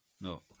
no